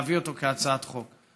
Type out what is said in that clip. להביא אותו כהצעת חוק.